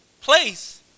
place